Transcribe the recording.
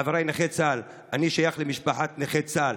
חבריי נכי צה"ל, אני שייך למשפחת נכי צה"ל,